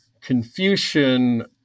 Confucian